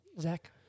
Zach